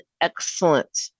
excellent